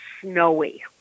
snowy